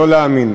לא להאמין: